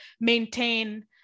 maintain